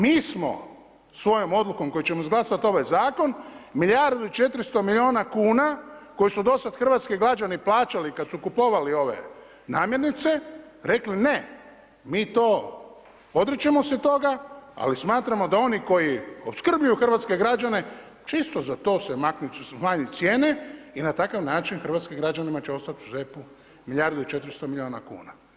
Mi smo svojom odlukom s kojom ćemo izglasat ovaj zakon, milijardu i 400 milijuna kuna koji su dosad hrvatski građani plaćali kad su kupovali ove namirnice, rekli ne, mi to, odričemo se toga ali smatramo da oni koji opskrbljuju hrvatske građane će isto za to smanjiti cijene i na takav način hrvatskim građanima će ostati u džepu milijardu i 400 milijuna kuna.